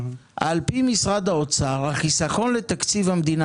על פי משרד האוצר החיסכון לתקציב המדינה